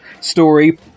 story